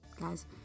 guys